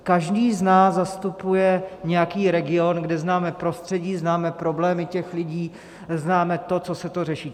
Každý z nás zastupuje nějaký region, kde známe prostředí, známe problémy těch lidí, známe to, co se řeší.